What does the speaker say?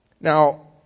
Now